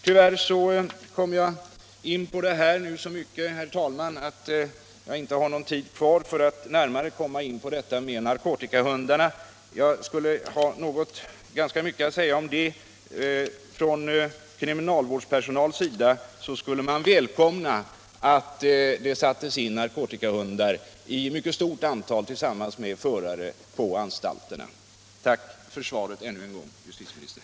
Tyvärr kom jag in på den här delen av problemet så mycket, herr talman, att jag inte har någon tid för att närmare beröra frågan om narkotikahundarna; jag skulle ha ganska mycket att säga om dem. Från kriminalvårdspersonalens sida skulle man välkomna att det i mycket stort antal sattes in narkotikahundar tillsammans med förare på anstalterna. Tack för svaret ännu en gång, herr justitieminister!